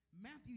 Matthew